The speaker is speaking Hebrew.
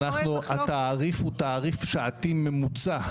התעריף הוא תעריף שעתי ממוצע,